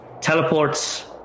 teleports